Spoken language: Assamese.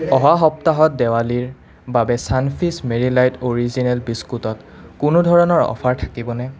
অহা সপ্তাহত দেৱালীৰ বাবে চানফিষ্ট মেৰী লাইট অৰিজিনেল বিস্কুটত কোনো ধৰণৰ অফাৰ থাকিব নে